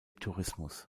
tourismus